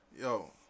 Yo